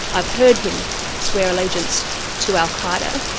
i've heard him swear allegiance to al-qa'eda', but